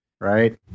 right